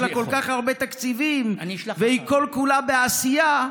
לה כל כך הרבה תקציבים והיא כל-כולה בעשייה,